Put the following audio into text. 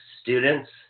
students